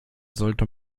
sollte